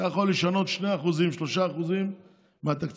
אתה יכול לשנות 2%-3% מהתקציב,